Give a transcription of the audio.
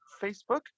Facebook